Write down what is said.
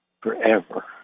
forever